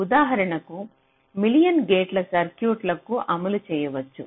ఉదాహరణకు million gate circuit లకు అమలు చేయవచ్చును